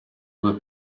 due